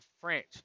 French